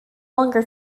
longer